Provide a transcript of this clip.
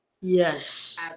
Yes